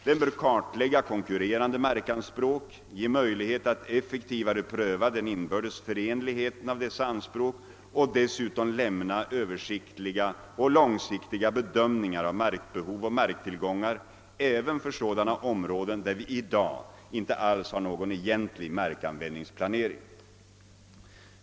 Den bör kartlägga konkurrerande markanspråk, ge möjlighet att effektivare pröva den inbördes förenligheten av dessa anspråk och dessutom lämna översiktliga och långsiktiga bedömningar av markbehov och marktillgångar även för sådana områden, där vi i dag inte alls har någon egentlig markanvändningsplanering.